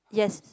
yes